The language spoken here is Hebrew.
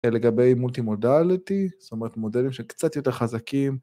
לגבי מולטימודליטי, זאת אומרת מודלים שקצת יותר חזקים